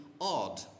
odd